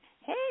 Hey